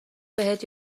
بهت